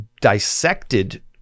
dissected